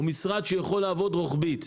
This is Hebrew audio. הוא משרד שיכול לעבוד רוחבית.